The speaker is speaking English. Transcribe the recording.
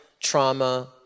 trauma